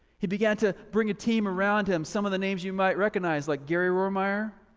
he began to bring a team around him some of the names you might recognize like gary rothermere,